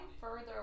further